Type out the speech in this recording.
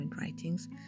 writings